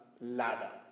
ladder